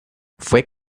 fue